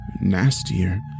nastier